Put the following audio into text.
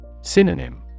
Synonym